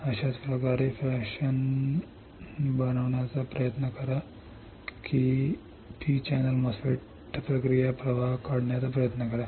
अशाच प्रकारे फॅशन बनवण्याचा प्रयत्न करा किंवा पी चॅनेल MOSFET साठी प्रक्रिया प्रवाह काढण्याचा प्रयत्न करा